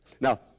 Now